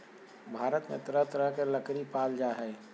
भारत में तरह तरह के लकरी पाल जा हइ